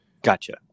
Gotcha